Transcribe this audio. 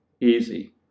Easy